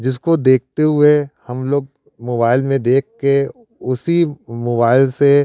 जिसको देखते हुए हम लोग मोबाइल में देख कर उसी मोबाइल से